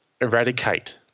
eradicate